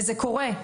וזה קורה,